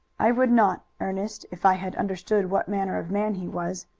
i would not, ernest, if i had understood what manner of man he was.